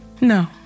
No